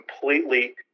completely